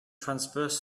transverse